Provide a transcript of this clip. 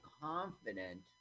confident